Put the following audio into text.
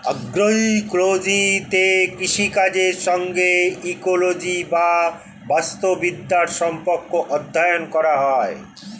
অ্যাগ্রোইকোলজিতে কৃষিকাজের সঙ্গে ইকোলজি বা বাস্তুবিদ্যার সম্পর্ক অধ্যয়ন করা হয়